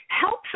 helps